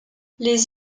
les